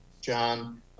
John